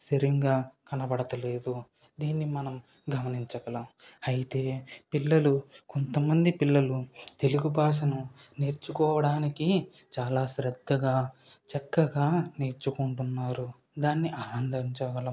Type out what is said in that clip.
సరిగ్గా కనబడటంలేదు దీన్ని మనం గమనించగలము అయితే పిల్లలు కొంతమంది పిల్లలు తెలుగు బాషను నేర్చుకోవడానికి చాలా శ్రద్ధగా చక్కగా నేర్చుకుంటున్నారు దాన్ని ఆనందించగలము